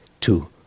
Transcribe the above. two